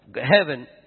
heaven